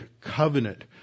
covenant